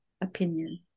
opinion